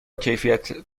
کیفیت